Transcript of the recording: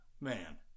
man